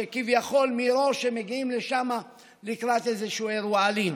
שכביכול מראש הם מגיעים לשם לקראת איזשהו אירוע אלים.